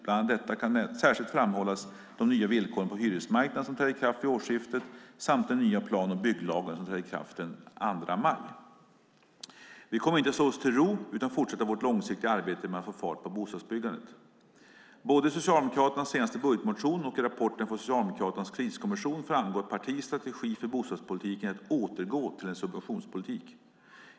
Bland dessa kan särskilt framhållas de nya villkoren på hyresmarknaden som trädde i kraft vid årsskiftet samt den nya plan och bygglagen som träder i kraft den 2 maj. Vi kommer inte att slå oss till ro, utan fortsätta vårt långsiktiga arbete med att få fart på bostadsbyggandet. Både i Socialdemokraternas senaste budgetmotion och i rapporten från Socialdemokraternas kriskommission framgår att partiets strategi för bostadspolitiken är att återgå till en subventionspolitik.